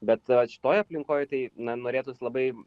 bet vat šitoj aplinkoj tai na norėtųsi labai